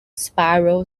spiral